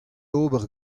ober